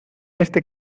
este